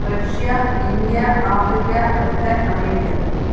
Russia India Africa Britain America